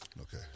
Okay